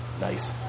Nice